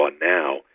now